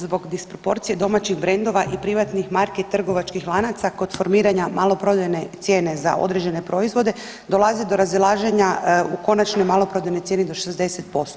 Zbog disproporcije domaćih brendova i privatnih marki trgovačkih lanaca kod formiranja maloprodajne cijene za određene proizvode, dolazi do razilaženja u konačnoj maloprodajnoj cijeni do 60%